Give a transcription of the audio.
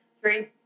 three